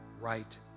right